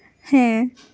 ᱦᱮᱸ